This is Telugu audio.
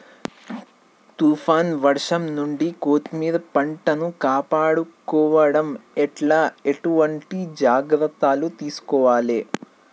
తుఫాన్ వర్షం నుండి కొత్తిమీర పంటను కాపాడుకోవడం ఎట్ల ఎటువంటి జాగ్రత్తలు తీసుకోవాలే?